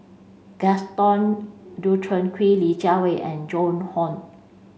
Gaston Dutronquoy Li Jiawei and Joan Hon